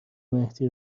مهدی